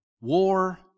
war